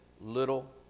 little